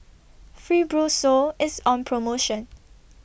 Fibrosol IS on promotion